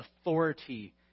authority